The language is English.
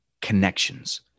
Connections